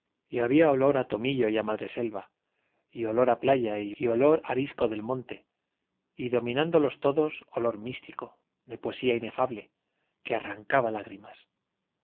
y había olor a tomillo y a madreselva y olor a la playa y olor arisco del monte y dominándolos a todos olor místico de poesía inefable que arrancaba lágrimas